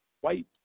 white